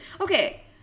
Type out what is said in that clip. Okay